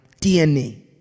DNA